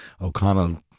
O'Connell